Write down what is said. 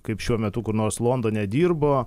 kaip šiuo metu kur nors londone dirbo